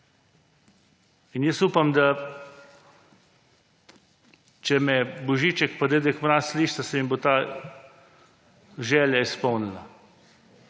Upam, da če me Božiček in Dedek Mraz slišita, se mi bo ta želja izpolnila.